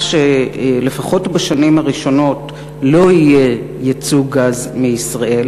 שלפחות בשנים הראשונות לא יהיה ייצוא גז מישראל,